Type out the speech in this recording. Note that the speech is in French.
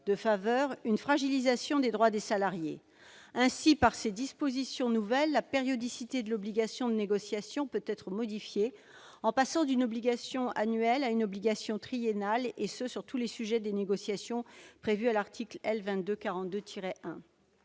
de faveur, une fragilisation des droits des salariés. Ainsi, par ces dispositions nouvelles, la périodicité de l'obligation de négociation peut être modifiée pour passer d'une obligation annuelle à une obligation triennale, et ce sur tous les sujets des négociations prévues à l'article L. 2242-1